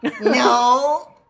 no